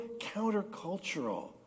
countercultural